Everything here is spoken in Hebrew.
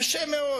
קשה מאוד.